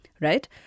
right